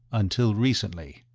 until recently.